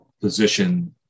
position